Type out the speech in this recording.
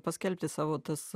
paskelbti savo tas